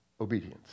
obedience